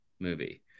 Movie